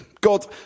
God